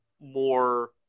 more